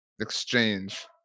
exchange